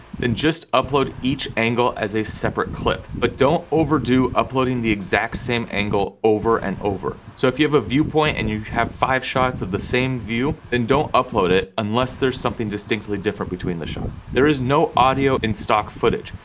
then just upload each angle as a separate clip, but don't overdo uploading the exact same angle, over and over, so if you have a viewpoint, and you have five shots of the same view, then don't upload it, unless there's something distinctly different between the shots. there is no audio in stock footage.